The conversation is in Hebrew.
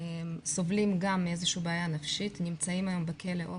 סובלים גם מאיזה שהיא בעיה נפשית ונמצאים היום בכלא אופק,